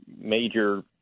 major